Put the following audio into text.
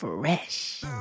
fresh